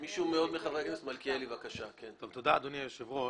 תודה, אדוני היושב-ראש.